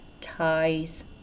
ties